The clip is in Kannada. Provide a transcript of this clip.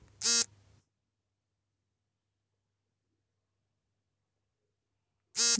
ಬೇರೆ ನಗರದಿಂದ ನನ್ನ ಸಹೋದರಿಗೆ ನಾನು ಹಣವನ್ನು ಹೇಗೆ ಕಳುಹಿಸಬಹುದು?